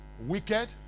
wicked